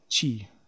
Chi